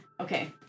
Okay